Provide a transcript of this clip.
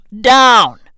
down